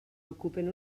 ocupen